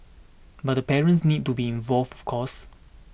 but the parents need to be involved of course